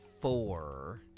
four